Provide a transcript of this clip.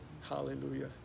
Hallelujah